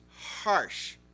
harsh